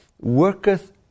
worketh